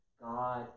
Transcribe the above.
God